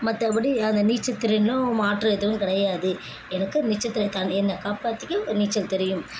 மற்றப்படி அந்த நீச்சல் தெரியணுன்னா மாற்று எதுவும் கிடையாது எனக்கு நீச்சல் தெரிய தா என்ன காப்பாற்றிக்க நீச்சல் தெரியும்